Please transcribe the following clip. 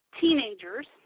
teenagers